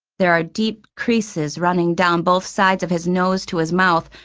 there are deep creases running down both sides of his nose to his mouth,